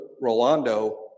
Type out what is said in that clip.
Rolando